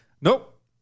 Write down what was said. nope